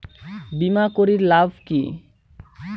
বিমা করির লাভ কি?